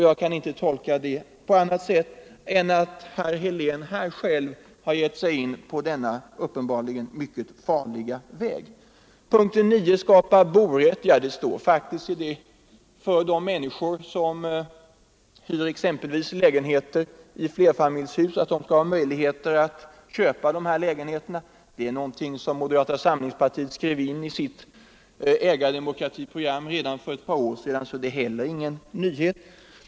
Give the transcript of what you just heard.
Jag kan inte tolka herr Heléns förslag nu på annat sätt än att herr Helén här själv har gett sig in på denna uppenbarligen mycket farliga väg. Punkten 9: Skapa borätt! Ja, gäller det att ge människorna ökade möjligheter att äga sina lägenheter, är det någonting som moderata samlingspartiet skrev in i sitt ägardemokratiprogram redan för ett par år sedan, så det är heller ingen nyhet.